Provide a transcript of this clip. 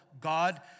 God